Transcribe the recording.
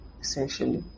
essentially